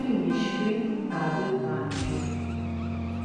vilniškiui tadui kvakšiui